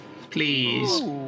please